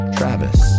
Travis